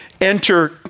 enter